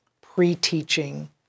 pre-teaching